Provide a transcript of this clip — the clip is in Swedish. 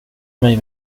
mig